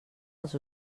als